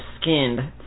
skinned